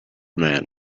man